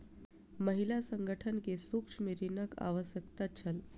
महिला संगठन के सूक्ष्म ऋणक आवश्यकता छल